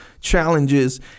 challenges